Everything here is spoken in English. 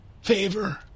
favor